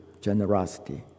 generosity